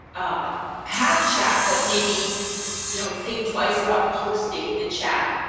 ah have chat but maybe you know think twice about posting the chat,